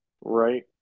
right